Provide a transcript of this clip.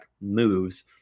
moves